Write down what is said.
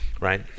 right